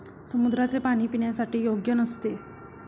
समुद्राचे पाणी पिण्यासाठी योग्य नसते